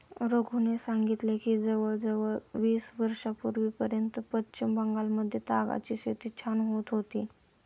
रघूने सांगितले की जवळजवळ वीस वर्षांपूर्वीपर्यंत पश्चिम बंगालमध्ये तागाची शेती छान होत होती